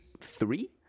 three